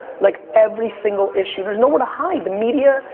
like, every single issue. there's nowhere to hide, the media.